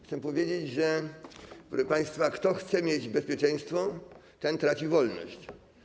Chcę powiedzieć, proszę państwa, że kto chce mieć bezpieczeństwo, ten traci wolność.